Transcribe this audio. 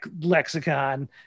lexicon